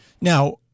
Now